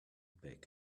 back